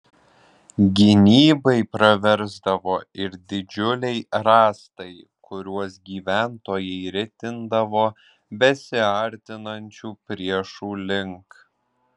gynybai praversdavo ir didžiuliai rąstai kuriuos gyventojai ritindavo besiartinančių priešų link